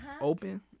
open